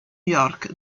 york